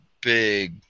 big